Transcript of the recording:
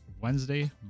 Wednesday